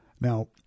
Now